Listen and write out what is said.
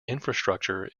infrastructure